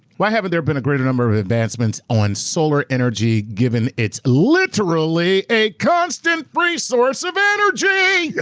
why haven't there been a greater number of advancements on solar energy given it's literally a constant resource of energy!